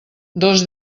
dos